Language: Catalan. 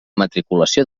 matriculació